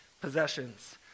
possessions